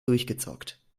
durchgezockt